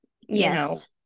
yes